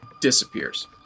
disappears